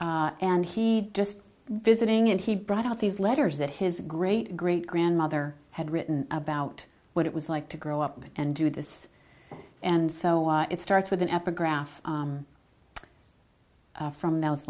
day and he just visiting and he brought out these letters that his great great grandmother had written about what it was like to grow up and do this and so it starts with an epigraph from those